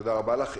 תודה רבה לך.